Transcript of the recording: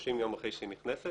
30 יום אחרי שהיא נכנסת.